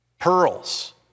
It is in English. pearls